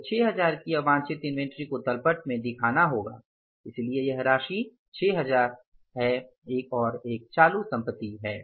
तो 6000 की यह वांछित इन्वेंट्री को तल पट में दिखाना होगा इसलिए यह राशि 6000 एक और चालू संपत्ति है